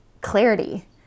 clarity